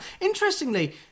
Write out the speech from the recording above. Interestingly